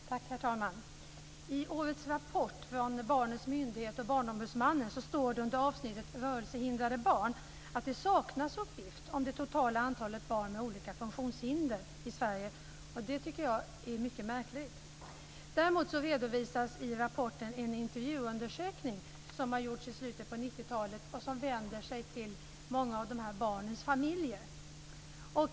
Herr talman! I årets rapport från barnens myndighet och Barnombudsmannen står det under avsnittet Rörelsehindrade barn att det saknas uppgift om det totala antalet barn med olika funktionshinder i Sverige. Det tycker jag är mycket märkligt. Däremot redovisas i rapporten en intervjuundersökning som har gjorts i slutet på 90-talet och som vänt sig till många av dessa barns familjer.